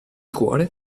cuore